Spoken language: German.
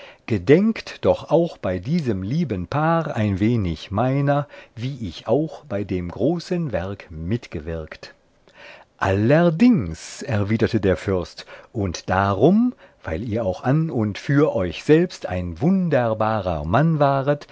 gedenkt doch auch bei diesem lieben paar ein wenig meiner wie ich auch bei dem großen werk mitgewirkt allerdings erwiderte der fürst und darum weil ihr auch an und für euch selbst ein wunderbarer mann waret